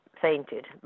fainted